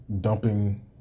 dumping